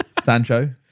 Sancho